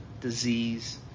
disease